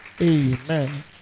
Amen